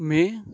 મેં